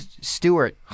Stewart